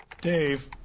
Dave